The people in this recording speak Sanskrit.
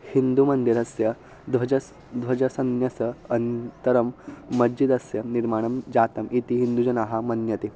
हिन्दुमन्दिरस्य ध्वजः ध्वजसन्यास अनन्तरं मज्जिदस्य निर्माणं जातम् इति हिन्दुजनाः मन्यन्ते